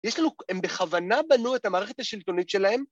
‫יש לנו... הם בכוונה בנו ‫את המערכת השלטונית שלהם?